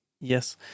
Yes